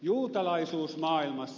juutalaisuus maailmassa